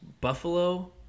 Buffalo